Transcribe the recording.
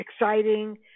exciting